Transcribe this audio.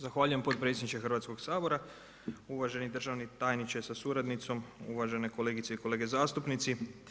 Zahvaljujem potpredsjedniče Hrvatskoga sabora, uvaženi državni tajniče sa suradnicom, uvažene kolegice i kolege zastupnici.